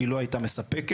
היא לא הייתה מספקת.